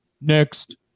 next